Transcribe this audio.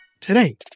Today